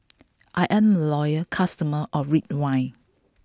I'm a loyal customer of Ridwind